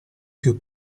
più